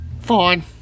Fine